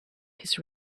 his